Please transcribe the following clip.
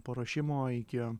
paruošimo iki